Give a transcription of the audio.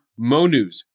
MONews